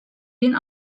bin